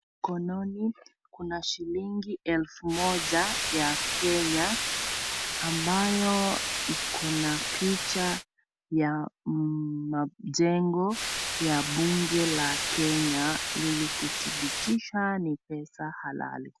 Mkononi kuna shilingi elfu moja ya Kenya ambayo iko na picha ya majengo ya bunge la Kenya ili kudhibitisha kuwa ni pesa ya halal.